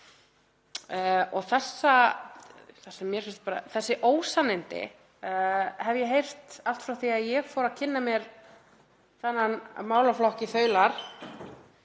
Þessi ósannindi hef ég heyrt allt frá því að ég fór að kynna mér þennan málaflokk í þaula.